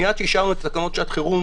מייד כשאישרנו את תקנות שעת חירום,